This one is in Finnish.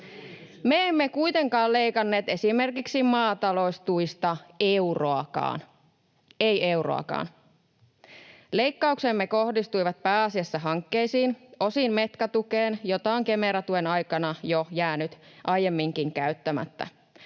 Me emme kuitenkaan leikanneet esimerkiksi maataloustuista euroakaan — emme euroakaan. Leikkauksemme kohdistuivat pääasiassa hankkeisiin, osin Metka-tukeen, jota on jo Kemera-tuen aikana jäänyt aiemminkin käyttämättä.